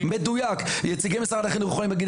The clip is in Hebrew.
מדויק נציגי משרד החינוך יכולים להגיד